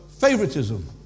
favoritism